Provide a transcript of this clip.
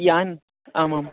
यानम् आमां